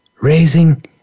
raising